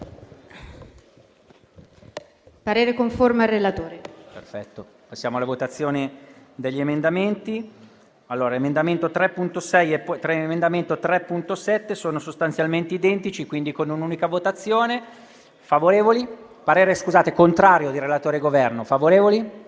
parere conforme al relatore.